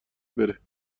بره